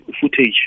footage